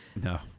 no